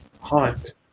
hunt